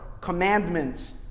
commandments